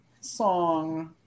song